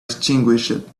extinguished